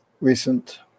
recent